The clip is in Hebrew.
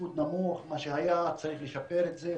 תפקוד נמוך, מה שהיה צריך לשפר את זה.